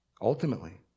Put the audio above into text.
ultimately